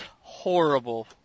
horrible